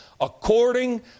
according